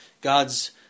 God's